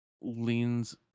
leans